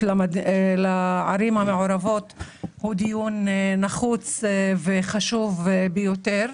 שזה דיון נחוץ וחשוב ביותר.